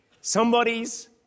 Somebody's